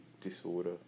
disorder